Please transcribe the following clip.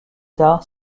tard